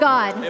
God